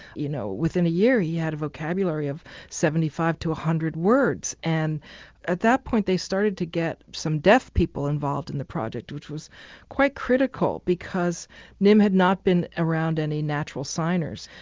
you know within a year he had a vocabulary of seventy five to one hundred words and at that point they started to get some deaf people involved in the project which was quite critical because nim had not been around any natural signers,